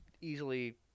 easily